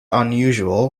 unusual